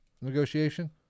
negotiation